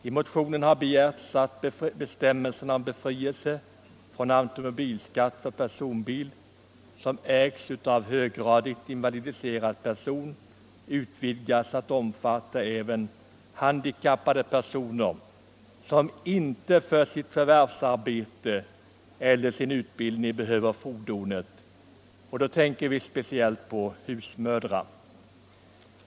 I motionen har begärts att bestämmelserna om befrielse från automobilskatt för personbil som ägs av höggradigt invalidiserad person utvidgas att omfatta även handikappade personer som inte behöver fordonet för sitt förvärvsarbete eller sin utbildning, t.ex. husmödrar.